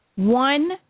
One